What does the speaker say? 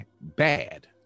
bad